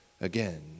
again